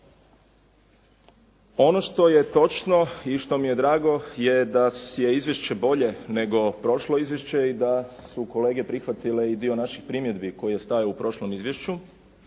Ono što je točno i što mi je drago je da je izvješće bolje nego prošlo izvješće i da su kolege prihvatile i dio naših primjedbi koji je stajao u prošlom izvješću